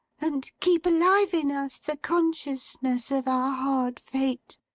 and keep alive in us the consciousness of our hard fate!